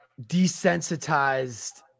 desensitized